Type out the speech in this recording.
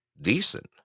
decent